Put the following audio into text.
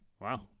wow